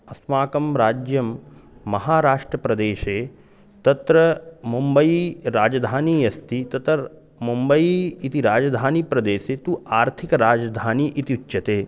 अस्माकं राज्यं महाराष्ट्रप्रदेशे तत्र मुम्बै राजधानी अस्ति तत्र मुम्बै इति राजधानीप्रदेशे तु आर्थिकराजधानी इति उच्यते